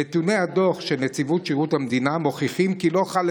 נתוני הדוח של נציבות שירות המדינה מוכיחים כי עדיין לא חל,